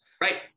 Right